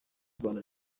rwanda